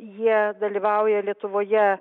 jie dalyvauja lietuvoje